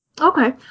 Okay